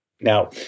Now